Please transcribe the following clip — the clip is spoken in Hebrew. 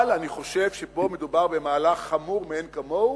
אבל אני חושב שפה מדובר במהלך חמור מאין כמוהו,